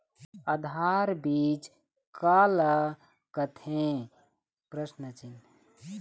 आधार बीज का ला कथें?